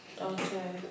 Okay